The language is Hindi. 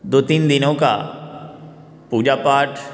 दो तीन दिनों का पूजा पाठ